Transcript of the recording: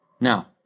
Now